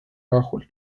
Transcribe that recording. rahul